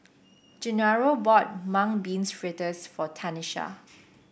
Gennaro bought Mung Beans fritters for Tanisha